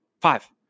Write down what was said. Five